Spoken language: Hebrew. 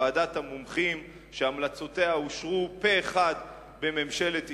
ועדת המומחים שהמלצותיה אושרו פה אחד בממשלת ישראל,